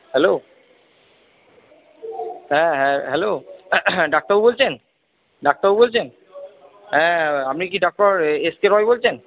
hello হ্যাঁ হ্যাঁ hello ডাক্তারবাবু বলছেন ডাক্তারবাবু বলছেন হ্যাঁ আপনি কি ডক্টর এসকে রয় বলছেন